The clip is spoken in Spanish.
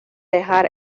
dejar